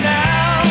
now